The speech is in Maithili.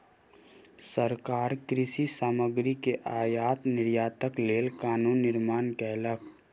सरकार कृषि सामग्री के आयात निर्यातक लेल कानून निर्माण कयलक